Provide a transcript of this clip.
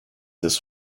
this